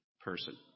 person